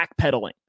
backpedaling